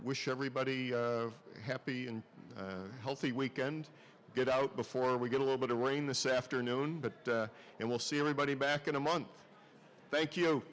wish everybody a happy and healthy weekend get out before we get a little bit of rain this afternoon but and we'll see everybody back in a month thank you